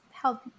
help